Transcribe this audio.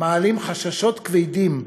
מעלים חששות כבדים,